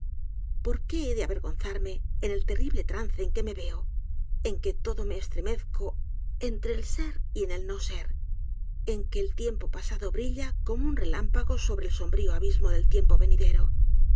por qué he de avergonzarme en el terrible trance en que me veo en que todo me estremezco entre el ser y el no ser en que el tiempo pasado brilla como un relámpago sobre el sombrío abismo del tiempo venidero